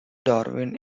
darwin